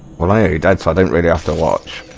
blair he died suddenly after watched